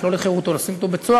לשלול את חירותו ולשים אותו בבית-סוהר